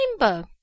Rainbow